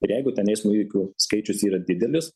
ir jeigu ten eismo įvykių skaičius yra didelis